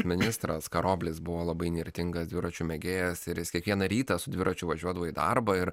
ministras karoblis buvo labai įnirtingas dviračių mėgėjas ir jis kiekvieną rytą su dviračiu važiuodavo į darbą ir